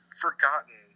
forgotten